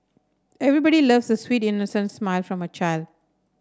everybody loves a sweet innocent smile from a child